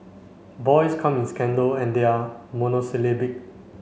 boys come in scandal and they are monosyllabic